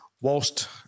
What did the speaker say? whilst